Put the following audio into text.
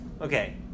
Okay